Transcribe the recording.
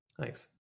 Thanks